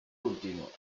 último